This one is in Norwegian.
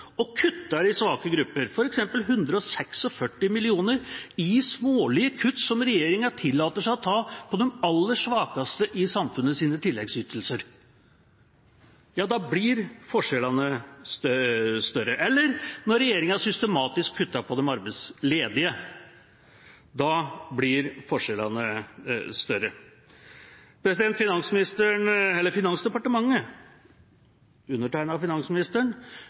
og kutter for svake grupper, f.eks. 146 mill. kr i smålige kutt som regjeringa tillater seg å ta fra de aller svakeste i samfunnets tilleggsytelser. Da blir forskjellene større. Eller: Når regjeringa systematisk kutter for de arbeidsledige, blir forskjellene større. Finansdepartementet – undertegnet av finansministeren